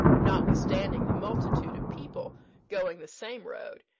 notwithstanding the multitude of people going the same road,